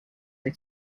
the